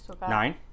Nine